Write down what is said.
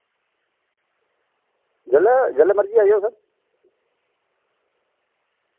जिल्लै जिल्लै मर्जी आई जाओ सर